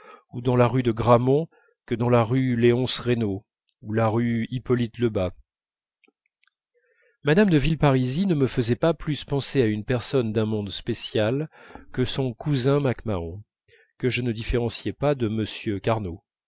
ou dans la rue de grammont que dans la rue léonce reynaud ou la rue hippolyte lebas mme de villeparisis ne me faisait pas plus penser à une personne d'un monde spécial que son cousin mac mahon que je ne différenciais pas de m carnot